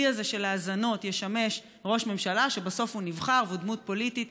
הזה של האזנות ישמש ראש ממשלה שבסוף הוא נבחר והוא דמות פוליטית,